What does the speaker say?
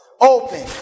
open